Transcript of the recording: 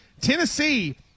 Tennessee